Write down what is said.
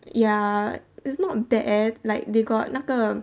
ya it's not bad like they got 那个